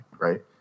right